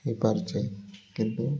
ହେଇପାରୁଛେ କିନ୍ତୁ